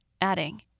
adding